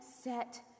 set